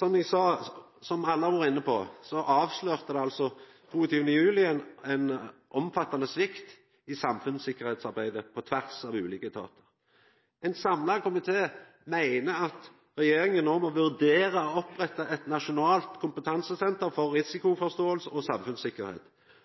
Som eg sa, og som alle har vore inne på, avslørte 22. juli ein omfattande svikt i samfunnssikkerheitsarbeidet på tvers av ulike etatar. Ein samla komité meiner at regjeringa nå må vurdera å oppretta eit nasjonalt kompetansesenter for risikoforståing og samfunnssikkerheit.